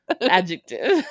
Adjective